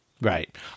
Right